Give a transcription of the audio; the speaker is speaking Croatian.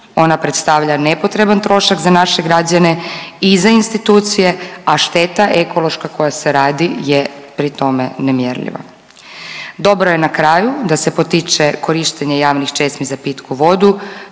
ona predstavlja nepotreban trošak za naše građane i za institucije, a šteta ekološka koja se radi je pri tome nemjerljiva. Dobro je na kraju da se potiče korištenje javnih česmi za pitku vodu,